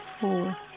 four